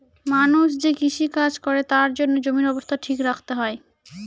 মানুষ যে কৃষি কাজ করে তার জন্য জমির অবস্থা ঠিক রাখতে হয়